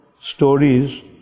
stories